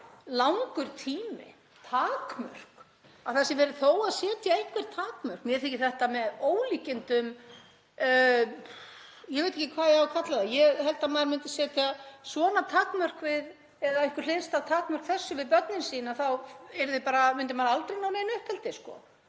langur tími. Að það sé þó verið að setja einhver takmörk, mér þykir þetta með ólíkindum. Ég veit ekki hvað ég á að kalla það. Ég held að ef maður myndi setja svona takmörk eða einhver hliðstæð takmörk fyrir börnin sín þá myndi maður aldrei ná neinu uppeldi.